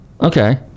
Okay